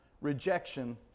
rejection